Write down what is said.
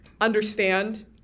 understand